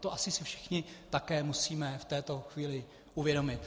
To asi si všichni také musíme v této chvíli uvědomit.